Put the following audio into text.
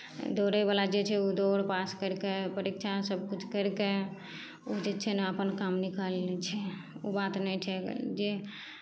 दौड़यवला जे छै ओ दौड़ पास करि कऽ परीक्षा सभकिछु करि कऽ ओ जे छै ने अपन काम निकालि लै छै ओ बात नहि छै जे